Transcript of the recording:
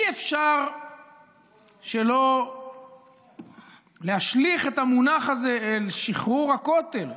אי-אפשר שלא להשליך את המונח הזה אל שחרור הכותל,